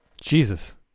jesus